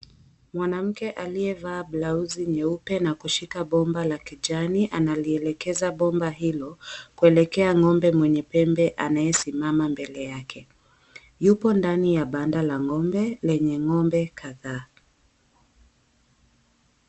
Mwanamke aliyevaa blauzi nyeupe na kushika bomba la kijani analielekeza bomba hilo kuelekea ng'ombe mwenye pembe anayesimama mbele yake. Yupo ndani ya banda la ng'ombe lenye ng'ombe kadhaa.